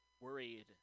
worried